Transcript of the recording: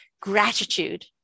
Gratitude